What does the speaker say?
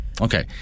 Okay